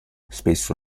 spesso